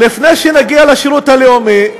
לפני שנגיע לשירות לאומי,